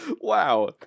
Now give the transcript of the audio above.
Wow